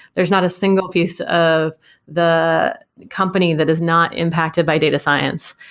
there's not a single piece of the company that is not impacted by data science.